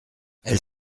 elle